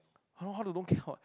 how how to don't care